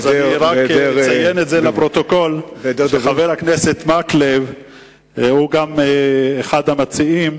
נציין לפרוטוקול שחבר הכנסת מקלב גם הוא אחד המציעים